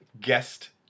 guest